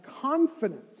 confidence